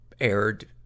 aired